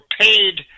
paid